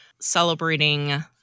celebrating